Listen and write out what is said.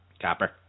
Copper